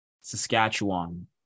Saskatchewan